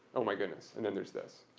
oh my goodness and then there's this.